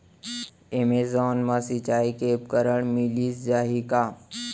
Amazon मा सिंचाई के उपकरण मिलिस जाही का?